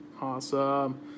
Awesome